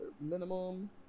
minimum